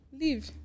leave